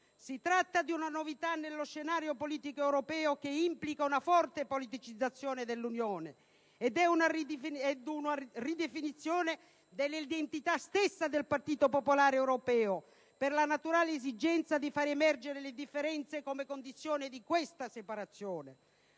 Si tratta di una novità nello scenario politico europeo che implica una forte politicizzazione dell'Unione ed una ridefinizione dell'identità stessa del Partito popolare europeo per la naturale esigenza di far emergere le differenze come condizione di questa separazione.